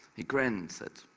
he grinned, said,